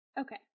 Okay